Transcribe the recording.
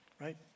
right